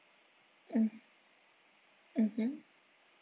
mm mmhmm